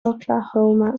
oklahoma